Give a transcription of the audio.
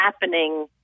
happening